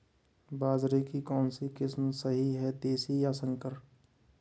बाजरे की कौनसी किस्म सही हैं देशी या संकर?